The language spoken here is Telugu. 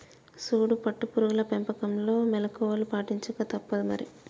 సూడు పట్టు పురుగుల పెంపకంలో మెళుకువలు పాటించక తప్పుదు మరి